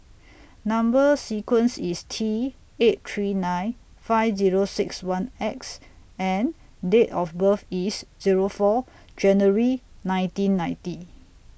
Number sequence IS T eight three nine five Zero six one X and Date of birth IS Zero four January nineteen ninety